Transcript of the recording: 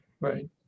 right